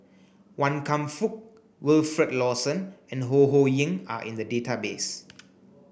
Wan Kam Fook Wilfed Lawson and Ho Ho Ying are in the database